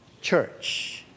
church